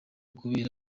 kubera